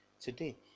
today